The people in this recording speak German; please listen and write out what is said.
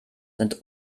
sind